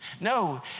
No